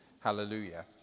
hallelujah